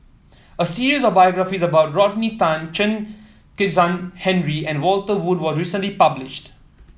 a series of biographies about Rodney Tan Chen Kezhan Henri and Walter Woon was recently published